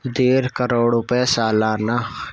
ڈیڑھ کروڑ روپئے سالانہ